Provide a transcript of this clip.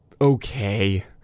okay